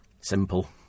simple